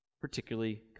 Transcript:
particularly